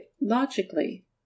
logically